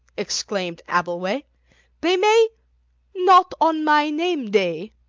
exclaimed abbleway they may not on my name-day,